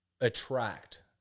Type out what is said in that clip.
attract